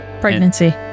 Pregnancy